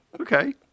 Okay